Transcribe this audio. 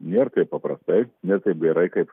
nėr kaip paprastai ne taip gerai kaip